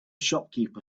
shopkeeper